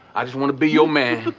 i just want to be your man.